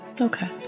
Okay